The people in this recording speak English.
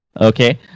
Okay